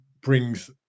brings